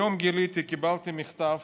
היום קיבלתי מכתב